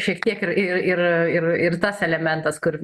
šiek tiek ir ir ir ir ir tas elementas kur